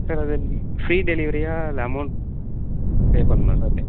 sir அது free டெலிவரியா இல்லை அமௌண்ட் பே பண்ணணுமா சார்